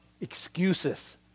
excuses